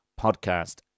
podcast